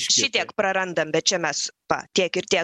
šitiek prarandam bet čia mes pa tiek ir tiek